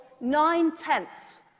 nine-tenths